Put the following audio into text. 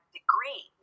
degree